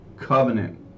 covenant